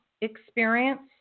experience